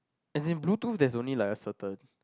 as in bluetooth there is only like a certain